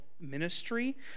ministry